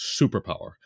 superpower